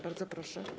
Bardzo proszę.